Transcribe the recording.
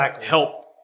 help